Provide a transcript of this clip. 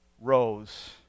rose